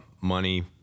money